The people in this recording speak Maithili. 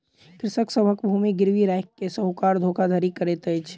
कृषक सभक भूमि गिरवी राइख के साहूकार धोखाधड़ी करैत अछि